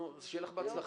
נו, אז שיהיה לך בהצלחה.